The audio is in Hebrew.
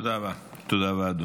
תודה רבה, אדוני.